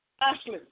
Ashley